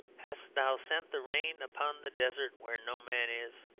hast thou sent the rain upon the desert where no man is